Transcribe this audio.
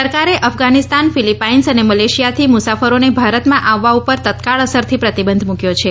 સરકારે અફઘાનિસ્તાનફિલિપાઇન્સ અને મલેશિયાથી મુસાફરોને ભારતમાં આવવા ઉપર તત્કાળ અસરથી પ્રતિબંધ મૂકયો છે